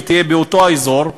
באותו האזור.